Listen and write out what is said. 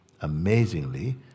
Amazingly